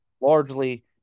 largely